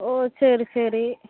ஓ சரி சரி